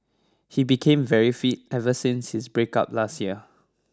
he became very fit ever since his breakup last year